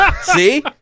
see